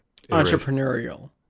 Entrepreneurial